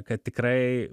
kad tikrai